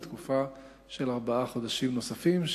לתקופה של ארבעה חודשים נוספים,